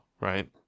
right